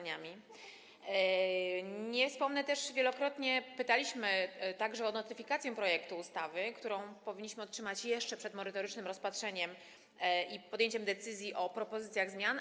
Nie wspomnę też, że wielokrotnie pytaliśmy także o notyfikację projektu ustawy, którą powinniśmy otrzymać jeszcze przed merytorycznym rozpatrzeniem i podjęciem decyzji dotyczących propozycji zmian.